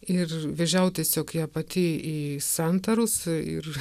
ir vežiau tiesiog ją pati į santaros ir